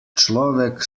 človek